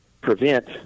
prevent